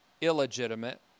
illegitimate